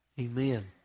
Amen